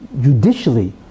judicially